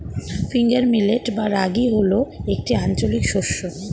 finger millet বা রাগী হল একটি আঞ্চলিক শস্য